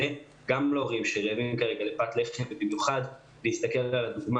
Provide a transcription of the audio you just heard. גם להורים שרעבים לפת לחם ובמיוחד להסתכל על הדוגמה